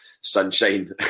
sunshine